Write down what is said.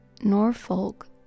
Norfolk